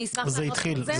אני אשמח לענות על זה.